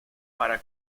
para